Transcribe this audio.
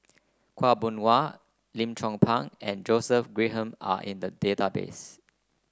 Khaw Boon Wan Lim Chong Pang and Joseph Grimberg are in the database